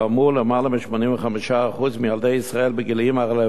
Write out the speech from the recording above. למעלה מ-85% מילדי ישראל בגילים הרלוונטיים